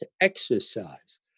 exercise